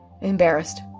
embarrassed